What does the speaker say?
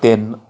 ਤਿੰਨ